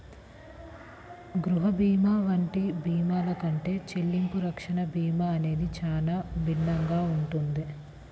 గృహ భీమా వంటి భీమాల కంటే చెల్లింపు రక్షణ భీమా అనేది చానా భిన్నంగా ఉంటది